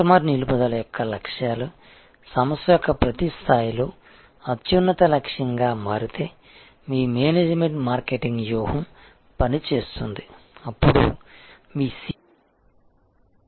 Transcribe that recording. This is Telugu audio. కస్టమర్ నిలుపుదల యొక్క లక్ష్యాలు సంస్థ యొక్క ప్రతి స్థాయిలో అత్యున్నత లక్ష్యంగా మారితే మీ మేనేజ్మెంట్ మార్కెటింగ్ వ్యూహం పని చేస్తుంది అప్పుడు మీ CRM పెట్టుబడి ఫలవంతమైనది